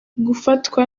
gufatwa